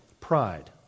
pride